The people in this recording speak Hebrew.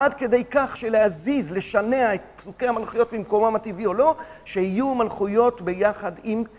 עד כדי כך שלהזיז, לשנע את פסוקי המלכויות במקומם הטבעי או לא, שיהיו מלכויות ביחד עם...